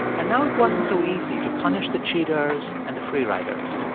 and now it wasn't so easy to punish the cheaters and the free riders.